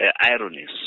ironies